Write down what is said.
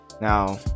now